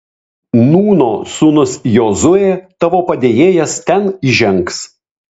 nūno sūnus jozuė tavo padėjėjas ten įžengs